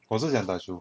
我是想打球